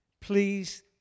please